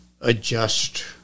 adjust